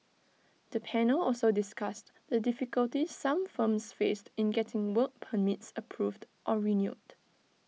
the panel also discussed the difficulties some firms faced in getting work permits approved or renewed